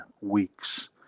weeks